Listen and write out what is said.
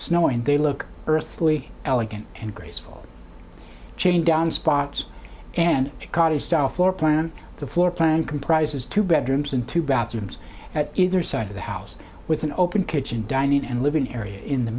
snowing they look earthly elegant and graceful chain down spots and cottage style floor plan on the floor plan comprises two bedrooms and two bathrooms at either side of the house with an open kitchen dining and living area in the